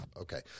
Okay